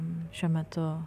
šiuo metu